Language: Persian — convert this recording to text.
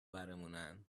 برمونن